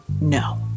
no